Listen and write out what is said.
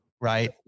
right